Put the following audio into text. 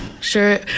Sure